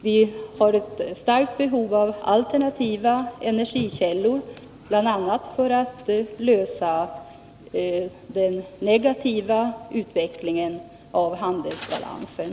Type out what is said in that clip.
Vi har ett starkt behov av alternativa energikällor, bl.a. för att lösa problemet med den negativa utvecklingen av handelsbalansen.